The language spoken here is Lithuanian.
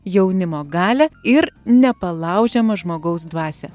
jaunimo galią ir nepalaužiamą žmogaus dvasią